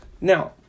Now